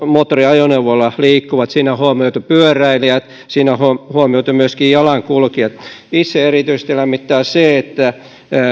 moottoriajoneuvoilla liikkuvat siinä on huomioitu pyöräilijät siinä on huomioitu myöskin jalankulkijat itseäni lämmittää erityisesti se että